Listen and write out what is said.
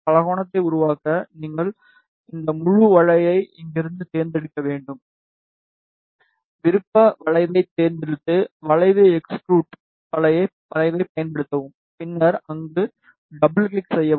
பலகோணத்தை உருவாக்க நீங்கள் இந்த முழு வளைவை இங்கிருந்து தேர்ந்தெடுக்க வேண்டும் விருப்ப வளைவைத் தேர்ந்தெடுத்து வளைவு எக்ஸ்ட்ரூட் வளைவைப் பயன்படுத்தவும் பின்னர் அங்கு டபுள் கிளிக் செய்யவும்